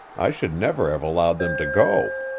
i should never have allowed them to go.